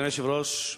אדוני היושב-ראש,